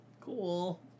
cool